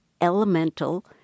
elemental